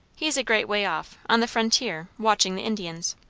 he's a great way off on the frontier watching the indians.